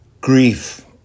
Grief